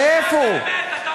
מאיפה הוא?